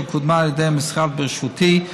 שקודמה על ידי המשרד בראשותי,